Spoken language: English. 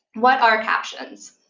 what are captions?